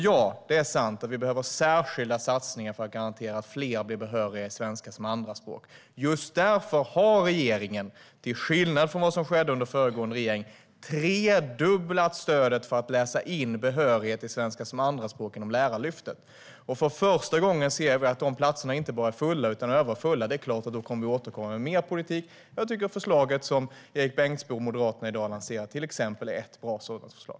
Ja, det är sant att vi behöver särskilda satsningar för att garantera att fler blir behöriga i svenska som andraspråk. Just därför har regeringen, till skillnad från den föregående regeringen, tredubblat stödet för att läsa in behörighet till svenska som andraspråk inom Lärarlyftet. För första gången ser vi att dessa platser inte bara är fulla utan överfulla. Det är klart att vi då kommer att återkomma med mer politik. Jag tycker att exempelvis det förslag som Erik Bengtzboe och Moderaterna i dag lanserar är ett sådant bra förslag.